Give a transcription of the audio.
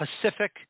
Pacific